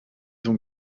donc